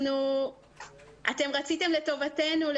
רציתם את טובתנו,